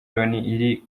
loni